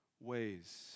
ways